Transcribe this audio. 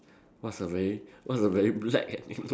what's a very what's a very black animal